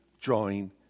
drawing